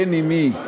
אין עם מי.